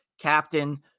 captain